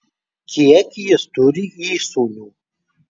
kiek jis turi įsūnių